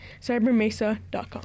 CyberMesa.com